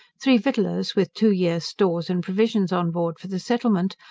three victuallers with two years stores and provisions on board for the settlement,